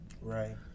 Right